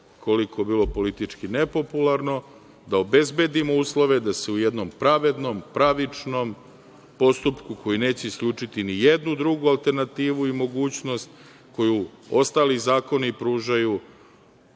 koliko bilo politički nepopularno, da obezbedimo uslove, da se u jednom pravednom, pravičnom postupku koji neće isključiti nijednu drugu alternativu i mogućnost, koju ostali zakoni pružaju,